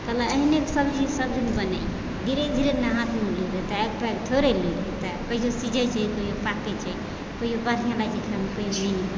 कह लऽ एहिने सब्जी सभ दिन बनेहियेँ धीरे धीरे धीर नहि हाथ बैस जेतै एकबैग थोड़े ने कोइ जे सीखै छै कहियौ पाकै छै कहियौ बढ़िआँ रहै छै खाइमे कहियौ नहि नीक